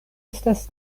estas